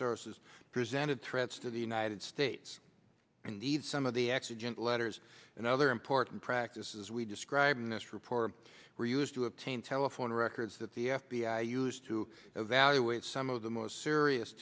sources presented threats to the united states indeed some of the exigent letters and other important practices we described in this report were used to obtain telephone records that the f b i used to evaluate some of the most serious